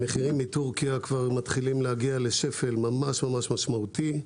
המחירים מטורקיה כבר מתחילים להגיע לשפל ממש משמעותי.